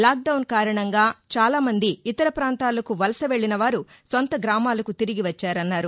lockdown కారణంగా చాలా మంది ఇతర ప్రాంతాలకు వలస వెల్లిన వారు సొంత గ్రామాలకు తిరిగి వచ్చారన్నారు